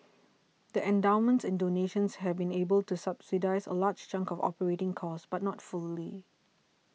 the endowments and donations have been able to subsidise a large chunk of operating costs but not fully